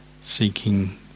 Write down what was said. seeking